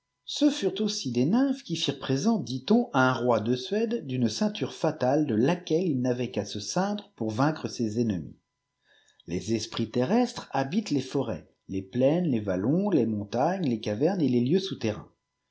ce furent aussi des nymples oui firent présent dit-on à un roi de suède d'une ceinture fatale de laquelle il n'avait qu'à se ceindre pour vaincre ses ennemis les esprits terrestres habitent les forêts les plaines les vallons les montagnes les cavernes et les lieux souterrains